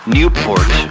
Newport